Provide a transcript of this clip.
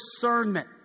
discernment